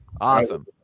Awesome